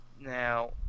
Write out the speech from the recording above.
Now